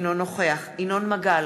אינו נוכח ינון מגל,